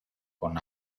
con